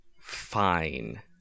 fine